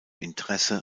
interesse